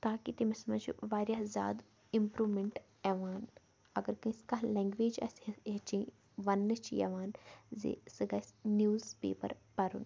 تاکہِ تٔمِس منٛز چھُ وارِیاہ زیادٕ اِمپرٛوٗمیٚنٛٹ یِوان اگر کٲنٛسہِ کانٛہہ لنٛگویج آسہِ ہیٚچھِنۍ وَننہٕ چھِ یوان زِ سُہ گژھہِ نِوٕز پیپَر پَرُن